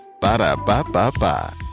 Ba-da-ba-ba-ba